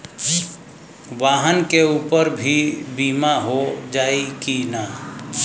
वाहन के ऊपर भी बीमा हो जाई की ना?